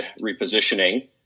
repositioning